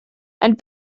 and